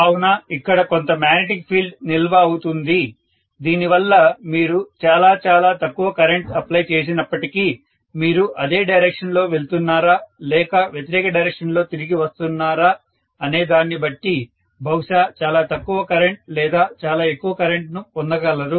కావున ఇక్కడ కొంత మాగ్నెటిక్ ఫీల్డ్ నిల్వ అవుతుంది దీని వల్ల మీరు చాలా చాలా తక్కువ కరెంట్ అప్లై చేసినప్పటికీ మీరు అదే డైరెక్షన్ లో వెళ్తున్నారా లేక వ్యతిరేక డైరెక్షన్ లో తిరిగి వస్తున్నారా అనేదాన్ని బట్టి బహుశా చాలా తక్కువ కరెంట్ లేదా చాలా ఎక్కువ కరెంట్ ను పొందగలరు